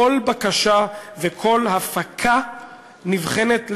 כל בקשה וכל הפקה נבחנת לגופה.